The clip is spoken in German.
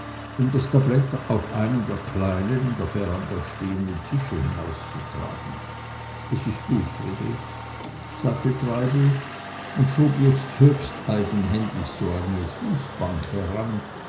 um das tablett auf einen der kleinen in der veranda stehenden tische hinauszutragen es ist gut friedrich sagte treibel und schob jetzt höchst eigenhändig eine fußbank heran